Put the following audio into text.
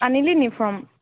আনিলি নেকি ফৰ্ম